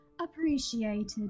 Appreciated